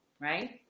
right